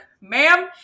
ma'am